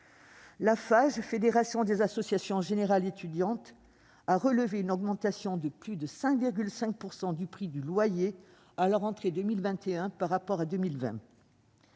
La FAGE, la Fédération des associations générales étudiantes, a relevé une augmentation de plus de 5,5 % du montant des loyers à la rentrée 2021 par rapport à 2020.